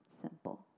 simple